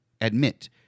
admit